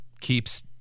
keeps